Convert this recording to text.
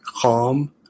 calm